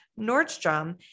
Nordstrom